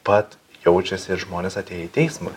pat jaučiasi ir žmonės atėję į teismą